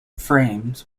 frames